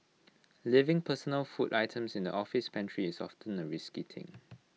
leaving personal food items in the office pantry is often A risky thing